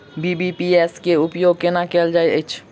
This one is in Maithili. बी.बी.पी.एस केँ उपयोग केना कएल जाइत अछि?